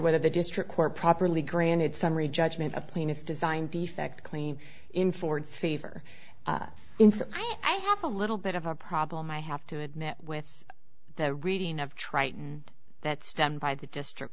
whether the district court properly granted summary judgment of plaintiffs design defect clean in forward favor and i have a little bit of a problem i have to admit with the reading of triton that's done by the district